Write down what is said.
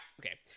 okay